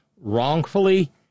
wrongfully